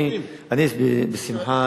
אני בשמחה,